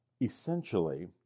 essentially